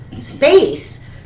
space